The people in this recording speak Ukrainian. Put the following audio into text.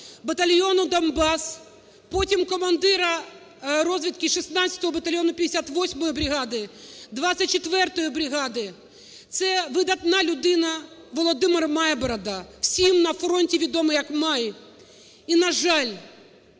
батальйону "Донбас", потім командира розвідки 16-го батальйону 58-ї бригади, 24-ї бригади, це видатна людина Володимир Майборода, всім на фронті відомий як "Май". І на жаль,